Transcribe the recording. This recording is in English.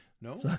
No